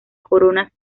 coronas